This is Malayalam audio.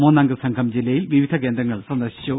മൂന്നംഗ സംഘം ജില്ലയിൽ വിവിധ കേന്ദ്രങ്ങൾ സന്ദർശിച്ചു